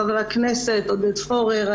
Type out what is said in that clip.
חבר הכנסת עודד פורר,